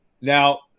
Now